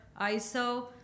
ISO